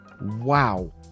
Wow